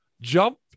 Jump